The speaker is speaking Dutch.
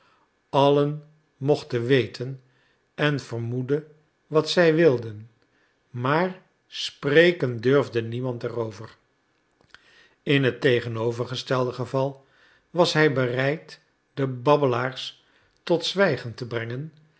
allen mochten weten en vermoeden wat zij wilden maar spreken durfde niemand er over in het tegenovergestelde geval was hij bereid de babbelaars tot zwijgen te brengen